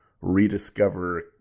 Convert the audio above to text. rediscover